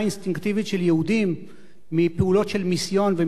יהודים מפעולות של מיסיון ומיסיונריות.